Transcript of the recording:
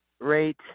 rate